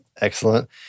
Excellent